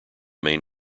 main